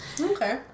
Okay